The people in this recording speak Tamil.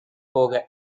போக